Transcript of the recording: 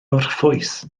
orffwys